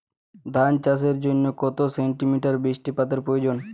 ধান চাষের জন্য কত সেন্টিমিটার বৃষ্টিপাতের প্রয়োজন?